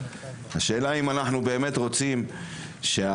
השאלה היא אם אנחנו באמת רוצים - -החקלאים